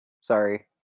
Sorry